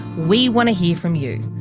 we want to hear from you.